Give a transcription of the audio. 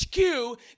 HQ